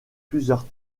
plusieurs